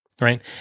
right